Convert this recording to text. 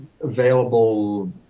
available